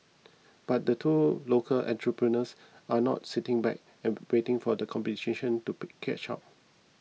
but the two local entrepreneurs are not sitting back and waiting for the competition to catch up